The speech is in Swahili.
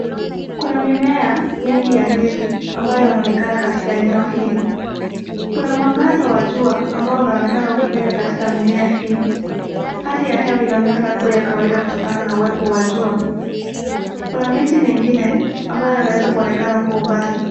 Kuna mimea mingi ya ndizi ambayo inaonekana katika eneo hili. Kuna mwangaza wa jua ambao unaonekana ukipenya katika mimea hii. Hali ya hewa inaonekana kuwa ya kawaida kutokana na uwepo wa jua. Kuna miti mingine ambayo inaweza kuonekana kwa umbali.